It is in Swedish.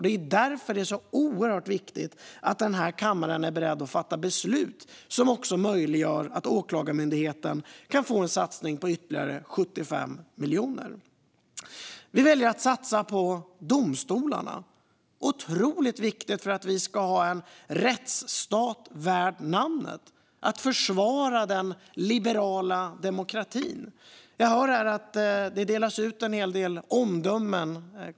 Det är därför som det är så oerhört viktigt att kammaren är beredd att fatta beslut som möjliggör att Åklagarmyndigheten kan få en satsning på ytterligare 75 miljoner. Vi väljer att satsa på domstolarna. Det är otroligt viktigt för att vi ska ha en rättsstat värd namnet för att försvara den liberala demokratin. Jag hör här att det delas ut en hel del omdömen.